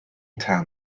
town